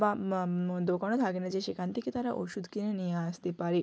বা দোকানও থাকে না যে সেখান থেকে তারা ওষুধ কিনে নিয়ে আসতে পারে